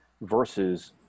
versus